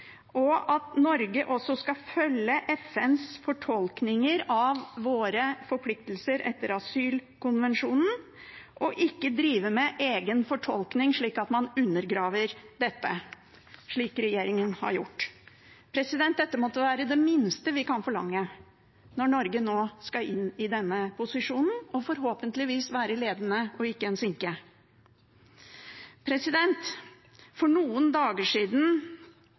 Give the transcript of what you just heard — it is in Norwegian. og at Norge også skal følge FNs fortolkninger av våre forpliktelser etter asylkonvensjonen og ikke drive med egen fortolkning, slik at man undergraver dette, slik regjeringen har gjort. Dette måtte være det minste vi kan forlange når Norge nå skal inn i denne posisjonen, og forhåpentligvis være ledende og ikke en sinke. For noen dager siden